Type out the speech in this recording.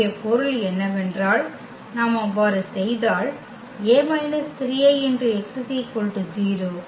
இங்கே பொருள் என்னவென்றால் நாம் அவ்வாறு செய்தால் A − 3Ix 0